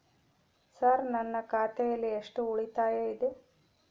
Sir ನನ್ನ ಖಾತೆಯಲ್ಲಿ ಎಷ್ಟು ಉಳಿತಾಯ ಇದೆ?